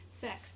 sex